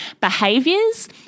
behaviors